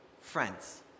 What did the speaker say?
Friends